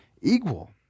equal